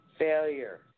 failure